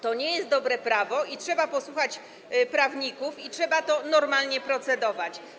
To nie jest dobre prawo i trzeba posłuchać prawników i trzeba nad tym normalnie procedować.